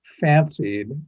fancied